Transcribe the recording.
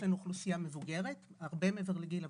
אוכלוסייה מבוגרת, הרבה מעבר לגיל העבודה.